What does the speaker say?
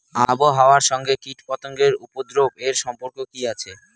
আবহাওয়ার সঙ্গে কীটপতঙ্গের উপদ্রব এর সম্পর্ক কি আছে?